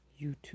YouTube